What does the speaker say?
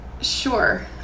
Sure